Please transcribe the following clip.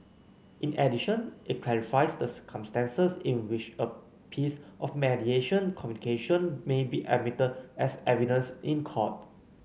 in addition it clarifies the circumstances in which a piece of mediation communication may be admitted as evidence in court